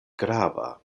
grava